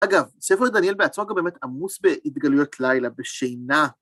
אגב, ספר דניאל בעצמו גם באמת עמוס בהתגלויות לילה, בשינה.